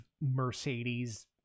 Mercedes